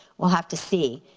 we'll have to see.